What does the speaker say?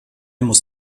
muss